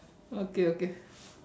okay okay